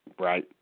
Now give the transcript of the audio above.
Right